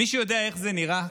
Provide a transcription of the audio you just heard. מישהו יודע איך זה נראה?